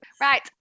Right